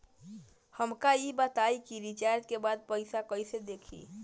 हमका ई बताई कि रिचार्ज के बाद पइसा कईसे देखी?